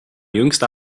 jüngster